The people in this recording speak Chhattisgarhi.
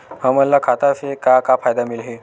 हमन ला खाता से का का फ़ायदा मिलही?